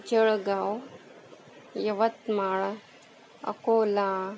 Jalgaon Yavatmal Akola